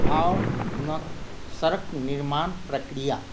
आओर हुनक सड़क निर्माण प्रक्रिया